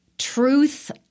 Truth